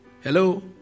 hello